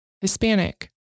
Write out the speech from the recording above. Hispanic